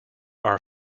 are